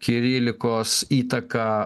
kirilikos įtaką